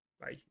bye